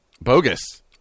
Bogus